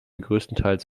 großenteils